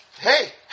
hey